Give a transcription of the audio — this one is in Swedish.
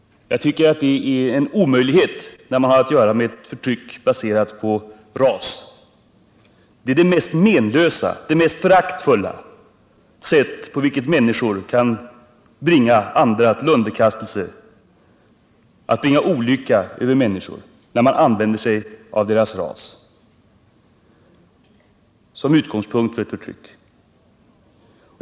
Jag menar att detta däremot är en omöjlighet när man har att göra med förtryck baserat på ras. Jag tycker att det är det mest meningslösa, det mest föraktliga sätt på vilket människor kan bringa andra till underkastelse, kan bringa olycka över människor, när man använder sig av deras ras som utgångspunkt för ett förtryck.